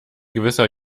gewisser